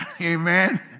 Amen